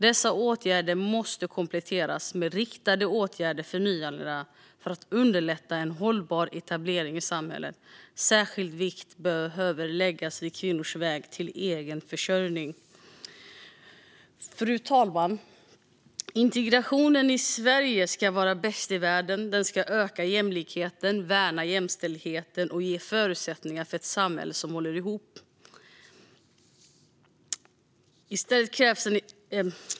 Dessa åtgärder måste kompletteras med riktade åtgärder för nyanlända för att underlätta en hållbar etablering i samhället. Särskild vikt behöver läggas vid kvinnors väg till egen försörjning. Fru talman! Integrationen i Sverige ska vara bäst i världen. Den ska öka jämlikheten, värna jämställdheten och ge förutsättningar för ett samhälle som håller ihop.